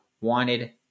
wanted